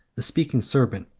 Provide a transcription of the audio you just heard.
the speaking serpent,